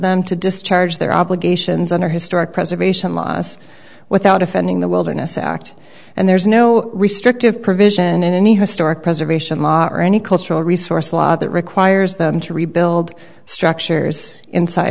them to discharge their obligations under historic preservation laws without offending the wilderness act and there's no restrictive provision in any historic preservation law or any cultural resource law that requires them to rebuild structures inside